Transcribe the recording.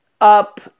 up